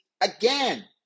again